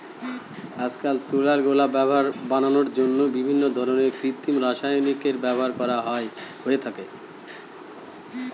আজকাল তুলার গোলা বানানোর জন্য বিভিন্ন ধরনের কৃত্রিম রাসায়নিকের ব্যবহার করা হয়ে থাকে